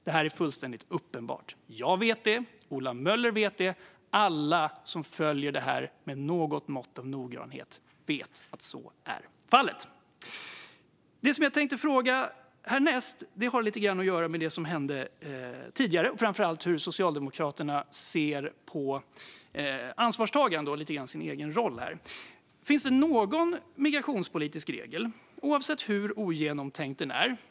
Det är fullständigt uppenbart. Jag vet det, Ola Möller vet det och alla som följer det här med något mått av noggrannhet vet att så är fallet. Det som jag tänkte fråga härnäst har lite grann att göra med det som hände tidigare. Det gäller framför allt hur Socialdemokraterna ser på ansvarstagande och lite grann på sin egen roll. Det finns migrationspolitiska regler som är mer eller mindre ogenomtänkta.